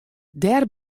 dêr